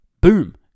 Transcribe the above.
Boom